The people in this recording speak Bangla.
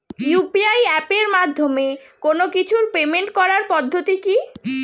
ইউ.পি.আই এপের মাধ্যমে কোন কিছুর পেমেন্ট করার পদ্ধতি কি?